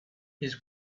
his